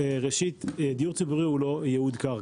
ראשית, דיור ציבורי הוא לא ייעוד קרקע.